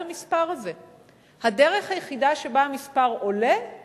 על שהממשלה שלחה אותך להשיב,